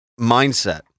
mindset